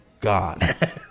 god